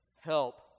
help